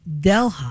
Delhi